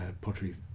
pottery